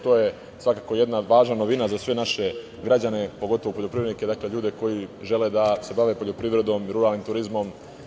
To je svakako jedna važna novina za sve naše građane, pogotovo poljoprivrednike, ljude koji žele da se bave poljoprivredom, ruralnim turizmom.